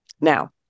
Now